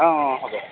অঁ অঁ হ'ব